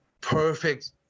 perfect